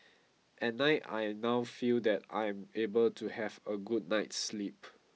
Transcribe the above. at night I now feel that I am able to have a good night's sleep